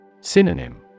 Synonym